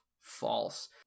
false